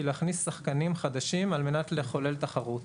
להכניס שחקנים חדשים על מנת לחולל תחרות.